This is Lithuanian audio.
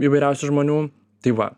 įvairiausių žmonių tai va